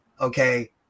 Okay